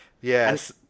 Yes